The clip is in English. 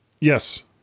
Yes